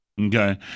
okay